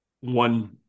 one